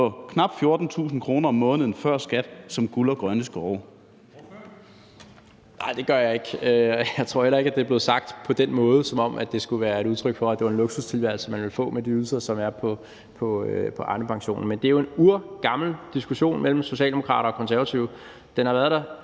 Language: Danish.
Ordføreren. Kl. 15:02 Rasmus Jarlov (KF): Nej, det gør jeg ikke. Og jeg tror heller ikke, at det er blevet sagt på den måde, altså som om det skulle være et udtryk for, at var en luksustilværelse, man ville få, med de ydelser, som følger af Arnepensionen. Men det er jo en urgammel diskussion mellem socialdemokrater og konservative, og den har været der